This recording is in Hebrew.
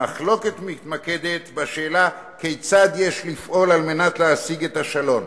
המחלוקת מתמקדת בשאלה כיצד יש לפעול על מנת להשיג את השלום".